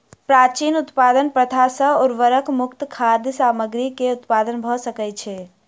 प्राचीन उत्पादन प्रथा सॅ उर्वरक मुक्त खाद्य सामग्री के उत्पादन भ सकै छै